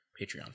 patreon